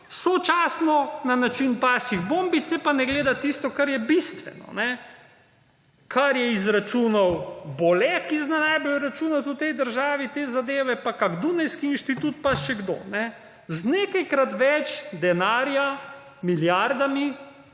sočasno na način pasjih bombic se pa ne glede tisto, kar je bistveno, kar je izračunal Bole, ki zna najbolj računati v tej državi te zadeve pa kakšen dunajski institut pa še kdo z nekajkrat več denarja, milijardami,